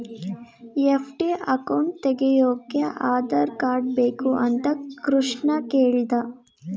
FD account ತೆಗೆಯೋಕೆ Aadhaar card ಬೇಕು ಅಂತ ಕೃಷ್ಣ ಕೇಳ್ದ